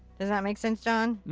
does that make sense, john?